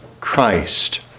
Christ